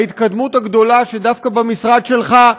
ההתקדמות הגדולה שיש דווקא במשרד שלך,